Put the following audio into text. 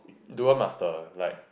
dual master like